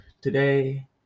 today